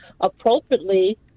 appropriately